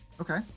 Okay